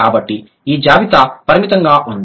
కాబట్టి ఈ జాబితా పరిమితంగా ఉంది